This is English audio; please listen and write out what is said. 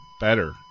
better